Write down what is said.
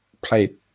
played